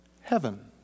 heaven